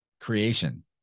creation